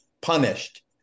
punished